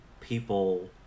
people